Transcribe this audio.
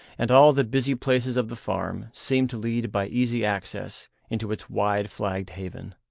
and all the busy places of the farm seemed to lead by easy access into its wide flagged haven,